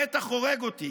המתח הורג אותי.